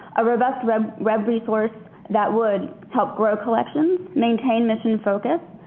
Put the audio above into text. a robust web web resource that would help grow collections, maintain mission focus,